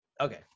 okay